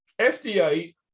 FDA